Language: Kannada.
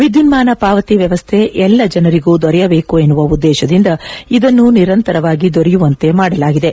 ವಿದ್ಯುನ್ನಾನ ಪಾವತಿ ವ್ಯವಸ್ಥೆ ಎಲ್ಲಾ ಜನರಿಗೂ ದೊರೆಯಬೇಕು ಎನ್ನುವ ಉದ್ದೇಶದಿಂದ ಇದನ್ನು ನಿರಂತರವಾಗಿ ದೊರೆಯುವಂತೆ ಮಾಡಲಾಗಿದೆ